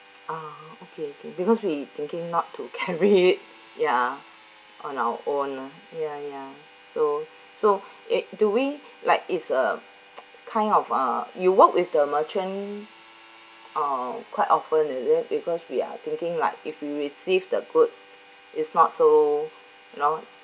uh okay okay because we thinking not to carry ya on our own ya ya so so it do we like it's a kind of uh you work with the merchant uh quite often is it because we are thinking like if we received the goods it's not so you know